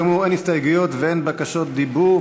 כאמור, אין הסתייגויות ואין בקשות דיבור.